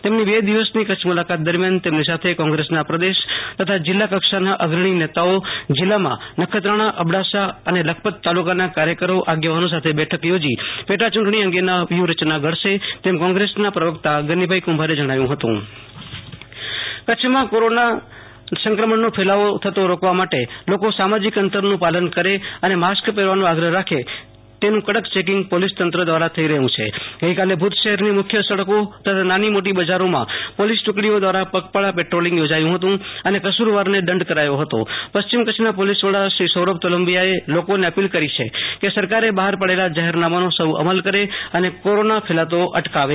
તેમની બે દિવસની કચ્છ મુલાકાત દરમ્યાન તેમની સાથે કોંગ્રેસના પ્રદેશ તથા જીલ્લા કક્ષાના અગ્રણી નેતાઓ જીલ્લામાં નખત્રાણાઅબડાસા અને લખપત તાલુકાના કાર્યકરો આગેવાનો સાથે બેઠકો યોજી પેટાયુંટણી અંગેના વ્યુ હ ર યના ઘડશે તેમ કોંગ્રેસના પ્રવક્તા ગનીભાઈ કુંભારે જણાવ્યુ હતું Ashutosh Antani Bhuj police checking bite Kutch માં કોરોના સંક્રમણનો ફેલાવો રોકવા માટે લોકો સામાજિક અંતર નું પાલન કરે અને માસ્ક પહેરવાનો આગ્રહ્ રાખે તેનુ કડક ચેકિંગ પોલીસ તંત્ર દ્વારા થઈ રહ્યું છોઈકાલે ભુજ શહેર ની મુખ્ય સડકો તથા નાની મોટી બઝારો માં પોલીસ ટુકડીઓ ્વારા પગપાળા પેદ્રોલિંગ યોજાયું હતું અને કસૂરવાર ને દંડ કરાયો હતો પશ્ચિમ કચ્છ ના પોલીસ વડા સૌરભ તોલમબીયા એ લોકો ને અપીલ કરી છે કે સરકારે બહાર પડેલા જાહેરનામા નો સૌ અમલ કરે અને કોરોના ફેલાતો અટકાવે